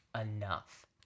enough